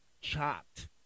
chopped